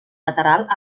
lateral